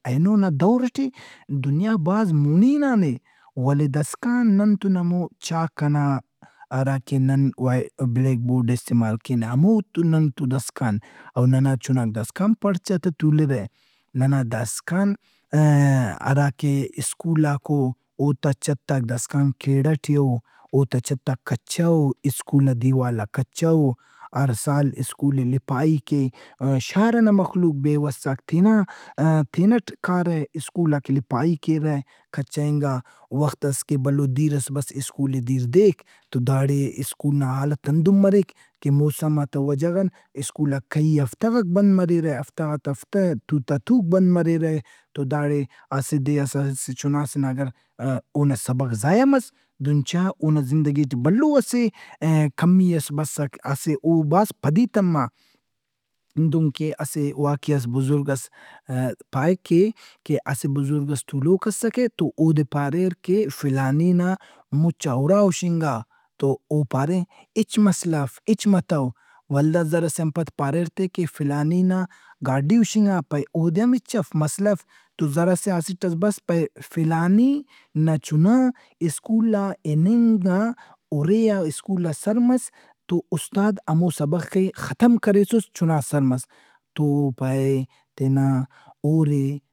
دور ئٹی دنیا بھاز مونی ہِںانے۔ ولے داسکان نن تو ہمو چاک ئنا، ہراکہ نن بلیک بورڈائے استعمال کینہ، ہمو تو نن تو داسکان او ننا چناک داسکان پڑچاتے آ تُولرہ۔ ننا داسکان ہرا کہ سکولاک او اوتاچھتاک داسکان کیڑا ٹی او، اوتا چھتاک کچّہ او، سکول نا دیوالاک کچہ او۔ ہرسال سکول ئے لپائی کہ شار ئنا مخلوق بیوساک تینا- آ- تینٹ کارہ سکولاک ئے لپائی کیرہ کچہ انگا۔ وختس کہ بھلو دیرئس بس سکول ئے دیر دیک۔ تو داڑے سکول نا حالت ہندن مریک کہ موسمات آ نا وجہ غان سکولاک کیئی ہفتہ غاک بند مریرہ، ہفتہ غات آ ہفتہ، تُو تا تُوک بند مریرہ۔ تو داڑے اسہ دے ئس اسہ چُنا سے نا اگر اونا سبق ضائع مس دہن چا اونا زندگی ٹی بھلو اسہ کمی ئس بسک۔ اسہ او بھاز پدی تمّا۔ دہن کہ اسہ واقعس بزرگس پائک کہ، کہ اسہ بزرگ ئس تُولوک اسکہ تو اودے پاریر کہ فلانی نا مُچا اُرا ہشنگا۔ تو او پارے ہچ مسلہ اف، ہچ متو۔ ولدا زرسے آن پد پاریر تِہ کہ فلانی گاڈی ہُشنگا پائہہ اودے ہم ہچ اف مسلہ اف۔ تو زرسے آ اسٹ ئس بس پائہہ فلانی نا چُنا سکول آ ہننگ نا اُرے آ سکول آ سر مس تو استاد ہمو سبخ ئے ختم کریسس تو پائہہ تینا ہور ئے۔